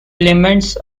elements